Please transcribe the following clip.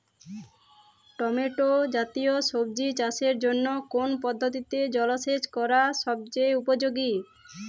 Tomato জাতীয় সবজি চাষের জন্য কোন পদ্ধতিতে জলসেচ করা সবচেয়ে উপযোগী?